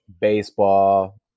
baseball